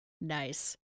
Nice